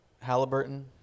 Halliburton